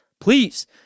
Please